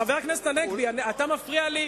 חבר הכנסת הנגבי, אתה מפריע לי.